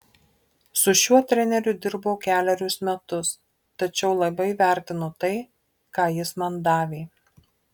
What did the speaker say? su šiuo treneriu dirbau kelerius metus tačiau labai vertinu tai ką jis man davė